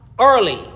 early